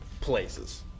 places